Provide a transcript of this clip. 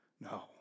No